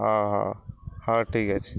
ହଁ ହଉ ହଉ ଠିକ୍ ଅଛି